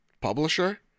publisher